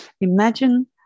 Imagine